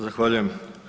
Zahvaljujem.